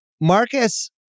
Marcus